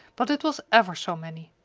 but it was ever so many.